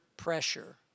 Pressure